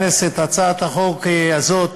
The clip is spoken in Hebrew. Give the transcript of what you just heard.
החוק הזאת